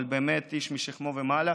ובאמת איש משכמו ומעלה.